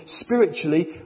spiritually